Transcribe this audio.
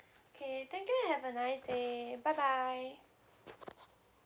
okay thank you and have a nice day bye bye